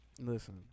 Listen